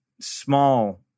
small